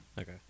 Okay